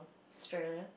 Australia